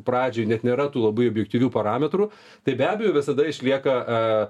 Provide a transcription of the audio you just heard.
pradžioj net nėra tų labai objektyvių parametrų tai be abejo visada išlieka